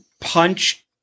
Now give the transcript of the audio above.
punch